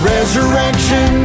Resurrection